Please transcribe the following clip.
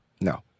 No